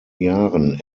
jahren